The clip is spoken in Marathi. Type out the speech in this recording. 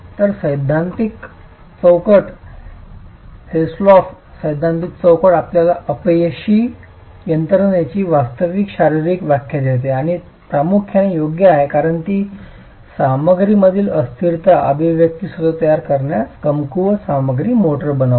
तर ही सैद्धांतिक चौकट हिलस्डॉर्फ सैद्धांतिक चौकट आपल्याला अपयशी यंत्रणेची वास्तविक शारीरिक व्याख्या देते आणि प्रामुख्याने योग्य आहे कारण ती सामग्रीमधील अस्थिरता अभिव्यक्ती स्वतः तयार करण्यात कमकुवत सामग्री मोर्टार मानते